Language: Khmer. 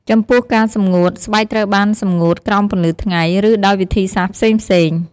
ចំពោះការសម្ងួត ស្បែកត្រូវបានសម្ងួតក្រោមពន្លឺថ្ងៃ ឬដោយវិធីសាស្ត្រផ្សេងៗ។